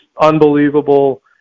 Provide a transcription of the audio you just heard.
unbelievable